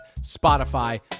Spotify